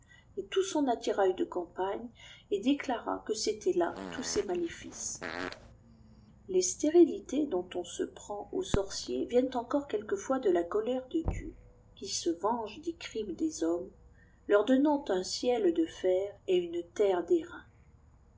et tout son attirail de campagne et déclara que c'étaient là tous ses maléfices les stérilités dont on se prend aux sorciers viennent encore quelquefois de la colère de dieu qui se venge des crimes des hommes leur donnant un ciel de fer et une terre